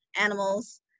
animals